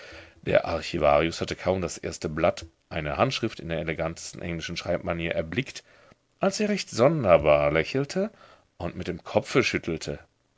der archivarius hatte kaum das erste blatt eine handschrift in der elegantesten englischen schreibmanier erblickt als er recht sonderbar lächelte und mit dem kopfe schüttelte